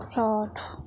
ساٹھ